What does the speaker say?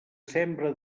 sembra